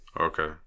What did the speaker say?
Okay